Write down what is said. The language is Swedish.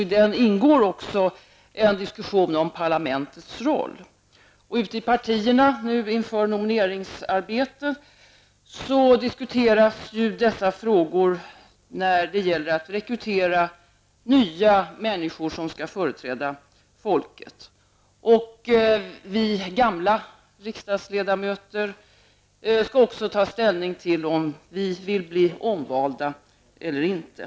I den ingår också en diskussion om parlamentets roll. Inför nomineringsarbetet diskuteras dessa frågor inom partierna. Det gäller att rekrytera nya människor som skall företräda folket. Vi gamla riksdagsledamöter skall också ta ställning till om vi vill bli omvalda eller inte.